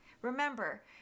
Remember